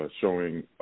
showing